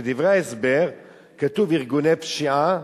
בדברי ההסבר כתוב "ארגוני פשיעה",